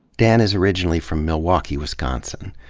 dan is originally from milwaukee, wisconsin.